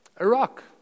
Iraq